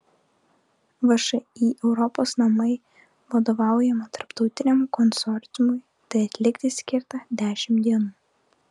všį europos namai vadovaujamam tarptautiniam konsorciumui tai atlikti skirta dešimt dienų